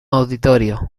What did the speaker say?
auditorio